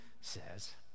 says